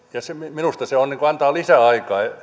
minusta se antaa lisäaikaa